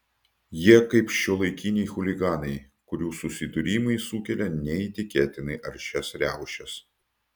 jie kaip šiuolaikiniai chuliganai kurių susidūrimai sukelia neįtikėtinai aršias riaušes